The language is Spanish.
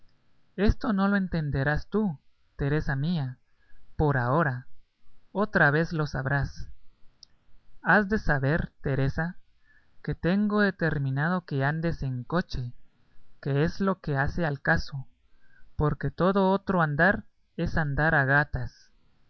esto no lo entenderás tú teresa mía por ahora otra vez lo sabrás has de saber teresa que tengo determinado que andes en coche que es lo que hace al caso porque todo otro andar es andar a gatas